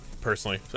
personally